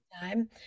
time